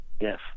Yes